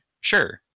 Sure